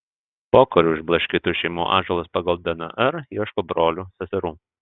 pokariu išblaškytų šeimų atžalos pagal dnr ieško brolių seserų